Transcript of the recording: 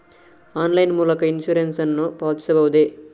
Online ಮೂಲಕ insurance ನ್ನು ಪಾವತಿಸಬಹುದೇ?